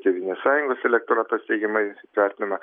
tėvynės sąjungos elektoratas teigiamai vertinama